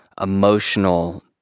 emotional